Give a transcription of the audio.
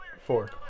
four